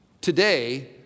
today